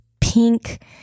pink